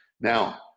Now